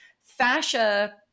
fascia